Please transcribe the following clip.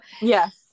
Yes